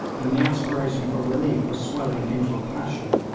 and the aspiration for relief was swelling into a passion.